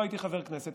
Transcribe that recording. לא הייתי חבר כנסת.